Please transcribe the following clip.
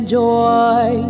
joy